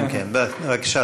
כן, בבקשה.